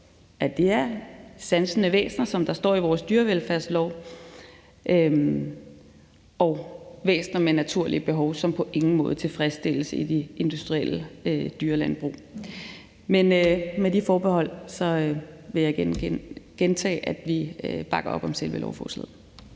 at det er sansende væsener, som der står i vores dyrevelfærdslov, og at det er væsener med naturlige behov, som på ingen måde tilfredsstilles i de industrielle dyrelandbrug. Med de forbehold så vil jeg gentage, at vi bakker op om selve lovforslaget.